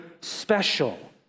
special